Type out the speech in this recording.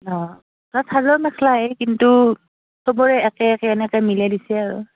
অঁ ত চাদৰ মেখলাই কিন্তু সবৰে একে একে এনেকে মিলাই দিছে আৰু